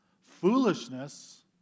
Foolishness